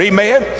Amen